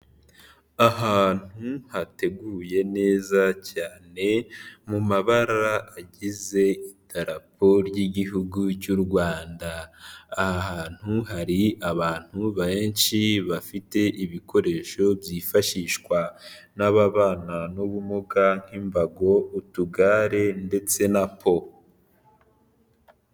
Ahantu hateguye neza cyane mu mabara agize idarapo ry'igihugu cy'u Rwanda, aha hantu hari abantu benshi bafite ibikoresho byifashishwa n'ababana n'ubumuga nk'imbago utugare ndetse na po.